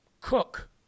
cook